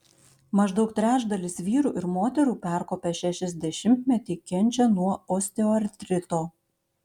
maždaug trečdalis vyrų ir moterų perkopę šešiasdešimtmetį kenčia nuo osteoartrito